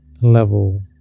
level